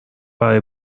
برای